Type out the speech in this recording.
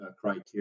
criteria